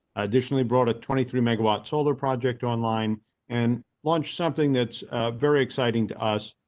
additionally brought a twenty three megawatts all their project online and launch something. that's very exciting to us.